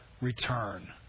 return